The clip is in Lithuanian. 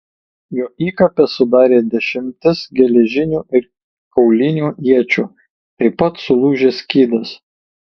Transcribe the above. jo įkapes sudarė dešimtis geležinių ir kaulinių iečių taip pat sulūžęs skydas